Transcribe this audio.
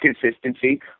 consistency